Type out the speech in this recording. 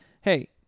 hey